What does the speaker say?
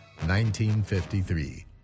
1953